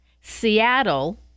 Seattle